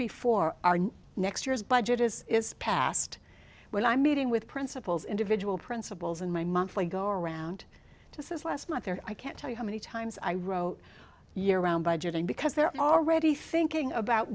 before our next year's budget is is passed well i'm meeting with principals individual principals and my monthly go around to says last month there i can't tell you how many times i wrote year around budgeting because they're already thinking about